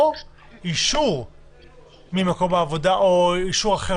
או אישור ממקום עבודה או אישור אחר,